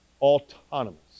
Autonomous